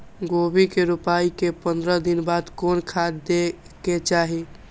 गोभी के रोपाई के पंद्रह दिन बाद कोन खाद दे के चाही?